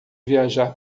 viajar